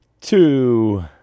two